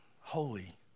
Holy